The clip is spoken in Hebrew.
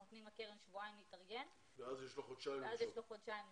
אנחנו נותנים לקרן שבועיים להתארגן ואז יש לו חודשיים למשוך.